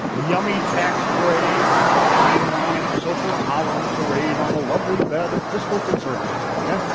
yummy tax breaks and a fine wine of social tolerance arrayed on a lovely bed of fiscal conservatism, okay?